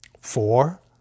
Four